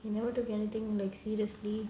he never took anything like seriously